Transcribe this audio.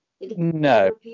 No